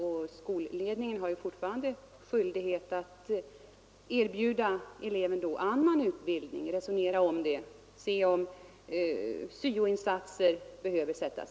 Skolledningen har fortfarande skyldighet att erbjuda eleven annan utbildning och se om SY O-insatser behöver göras.